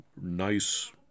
nice